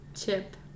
Chip